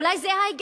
אולי זה ההיגיון?